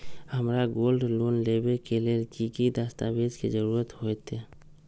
हमरा gold loan लेबे के लेल कि कि दस्ताबेज के जरूरत होयेत?